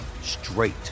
straight